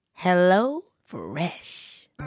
HelloFresh